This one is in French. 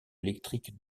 électrique